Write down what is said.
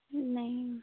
नहीं